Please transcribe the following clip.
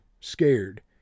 scared